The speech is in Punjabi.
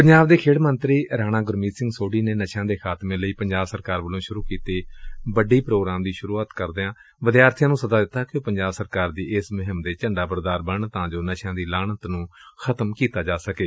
ਪੰਜਾਬ ਦੇ ਖੇਡ ਮੰਤਰੀ ਸ੍ਸੀ ਰਾਣਾ ਗੁਰਮੀਤ ਸਿੰਘ ਸੋਢੀ ਨੇ ਨਸ਼ਿਆਂ ਦੇ ਖਾਤਮੇ ਲਈ ਪੰਜਾਬ ਸਰਕਾਰ ਵਲੋਂ ਸ਼ੁਰੁ ਕੀਤੇ ਗਏ ਬੱਡੀ ਪ੍ਰੋਗਰਾਮ ਦੀ ਸ਼ੁਰੁਆਤ ਕਰਦਿਆਂ ਵਿਦਿਆਰਥੀਆਂ ਨੂੰ ਸੱਦਾ ਦਿੱਤੈ ਕਿ ਉਹ ਪੰਜਾਬ ਸਰੱਕਾਰ ਦੀ ਇਸ ਮੁਹਿੰਮ ਦੇ ਝੰਡਾ ਬਰਦਾਰ ਬਣਨ ਤਾਂ ਜੋ ਨਸ਼ਿਆਂ ਦੀ ਲਾਹਨਤ ਨੁੰ ਖਤਮ ਕੀਤਾ ਜਾ ਸਕੇ